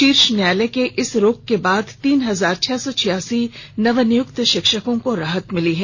शीर्ष न्यायालय के इस रोक के बाद तीन हजार छह सौ छियासी नवनियुक्त शिक्षकों को राहत मिली है